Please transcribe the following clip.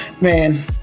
man